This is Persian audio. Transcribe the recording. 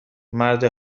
مرد